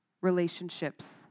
relationships